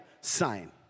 sign